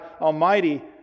almighty